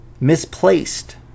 misplaced